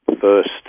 first